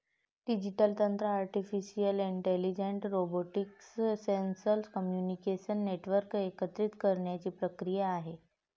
digital तंत्र artificial intelligence, robotics, sensor, communication network एकत्रित करण्याची प्रक्रिया आहे